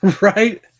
Right